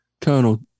Colonel